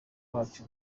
wacu